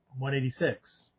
186